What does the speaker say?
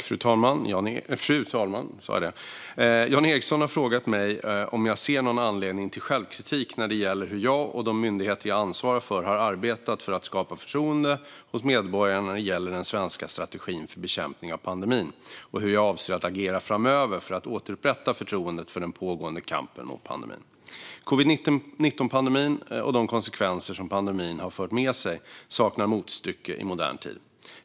Fru talman! Jan Ericson har frågat mig om jag ser någon anledning till självkritik när det gäller hur jag och de myndigheter jag ansvarar för har arbetat för att skapa förtroende hos medborgarna när det gäller den svenska strategin för bekämpning av pandemin samt hur jag avser att agera framöver för att återupprätta förtroendet för den pågående kampen mot pandemin. Covid-19-pandemin och de konsekvenser som pandemin har fört med sig saknar motstycke i modern tid.